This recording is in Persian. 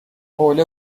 حوله